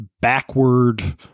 backward